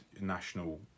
national